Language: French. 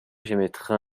j’émettrais